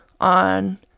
on